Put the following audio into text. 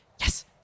Yes